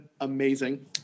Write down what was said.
amazing